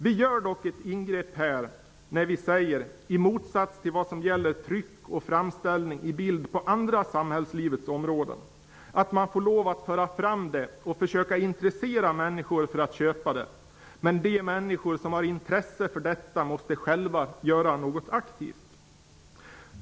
Vi gör dock ett ingrepp här när vi säger -- i motsats till vad som gäller tryck och framställning i bild på andra samhällslivets områden att man får lov att föra fram det och försöka intressera andra människor för att köpa det. Men de människor som har intresse för detta måste själva göra något aktivt.